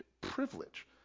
privilege